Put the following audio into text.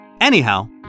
Anyhow